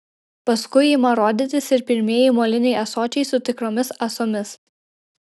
paskui ima rodytis ir pirmieji moliniai ąsočiai su tikromis ąsomis